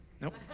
Nope